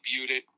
debuted